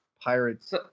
pirates